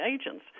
agents